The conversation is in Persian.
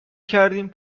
کردیم